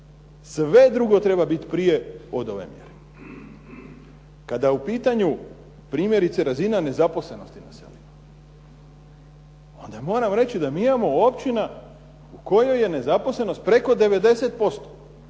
Sve drugo treba biti prije od ove mjere. Kada je u pitanju primjerice razina nezaposlenosti na selu, onda moram reći da mi imamo općina u kojoj je nezaposlenost preko 90%